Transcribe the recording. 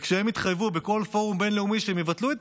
וכשהם התחייבו בכל פורום בין-לאומי שהם יבטלו את